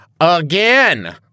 Again